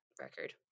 record